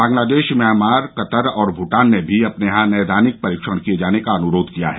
Bangladesh Myanmar Qatar और भूटान ने भी अपने यहां नैदानिक परीक्षण किए जाने का अनुरोध किया है